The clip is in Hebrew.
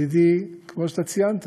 ידידי, כמו שאתה ציינת,